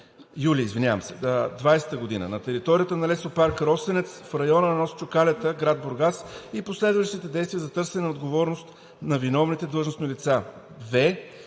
за охрана на 7 юли 2020 г. на територията на Лесопарк „Росенец“ в района на нос Чукалята, град Бургас, и последвалите действия за търсене на отговорност на виновните длъжностни лица;